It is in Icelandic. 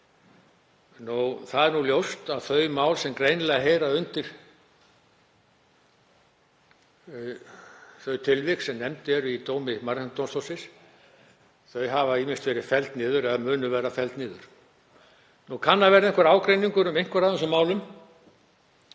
Það er ljóst að þau mál sem greinilega heyra undir þau tilvik sem nefnd eru í dómi Mannréttindadómstólsins hafa ýmist verið felld niður eða munu verða felld niður. Nú kann að vera ágreiningur um einhver af þessum málum